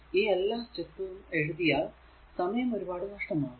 ഈ എല്ലാ സ്റ്റെപ്പും എഴുതിയാൽ സമയം ഒരുപാട് നഷ്ടമാകും